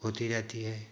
होती रहती है